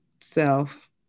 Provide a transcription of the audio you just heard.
self